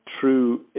true